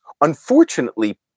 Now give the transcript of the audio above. Unfortunately